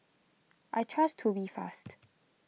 I trust Tubifast